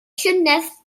llynedd